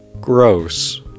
Gross